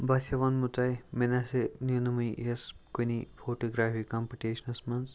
بہٕ ہَسا وَنہو تۄہہِ مےٚ نَہ سا نی نہٕ وُنہِ حصہٕ کُنے فوٹوگرٛافی کَمپٹِشیٚنَس منٛز